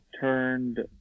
turned